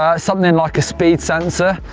ah something and like a speed sensor.